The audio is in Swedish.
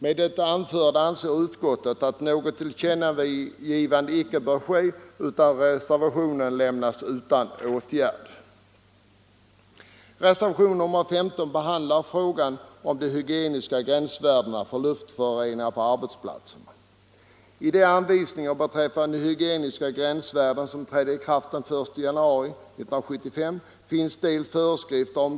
Med det anförda anser utskottet att något tillkännagivande icke bör ske, utan att reservationen bör lämnas utan åtgärd.